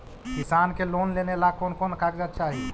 किसान के लोन लेने ला कोन कोन कागजात चाही?